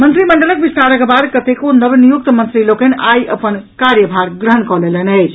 मंत्रिमंडल विस्तारक बाद कतेको नवनियुक्त मंत्री लोकनिक आइ अपन कार्यभार ग्रहण कऽ लेलनि अछि